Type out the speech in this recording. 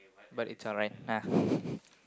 but it's alright ah